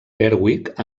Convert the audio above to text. berwick